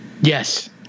Yes